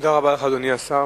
תודה רבה לך, אדוני השר.